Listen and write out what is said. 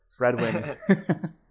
Fredwin